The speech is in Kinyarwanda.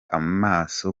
amaso